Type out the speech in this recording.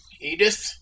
edith